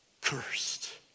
Cursed